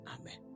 Amen